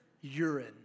urine